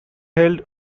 held